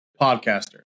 podcaster